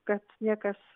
kad niekas